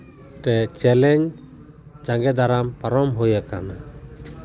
ᱛᱮ ᱪᱮᱞᱮᱧᱡᱽ ᱡᱟᱝᱜᱮ ᱫᱟᱨᱟᱢ ᱯᱟᱨᱚᱢ ᱦᱩᱭ ᱟᱠᱟᱱᱟ